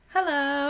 Hello